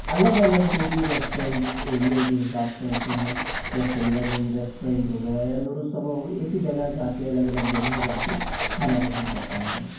अलग अलग जो भी रेस्टॉरेंट जिस एरिए के हिसाब से होते हैं या सिल्वर एंड रेस्टॉरेंट हो गया या नुरूस्सबा हो गई एसी जगह जाके अलग अलग जगह जाके खाना पसंद करता हूँ मैं